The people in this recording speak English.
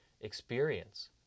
experience